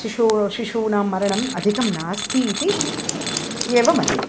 शिशोः शिशूनां मरणम् अधिकं नास्ति इति एव मन्ये